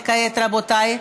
וכעת, רבותיי,